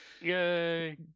Yay